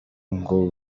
ngo